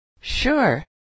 Sure